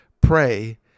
pray